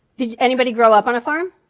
did anybody grow up in a farm?